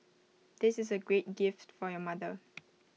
this is A great gift for your mother